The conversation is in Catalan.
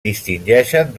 distingeixen